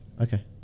Okay